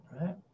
right